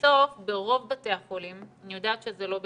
בסוף ברוב בתי החולים, אני יודעת שזה לא בכולם,